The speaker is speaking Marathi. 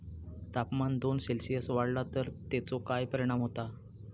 तापमान दोन सेल्सिअस वाढला तर तेचो काय परिणाम होता?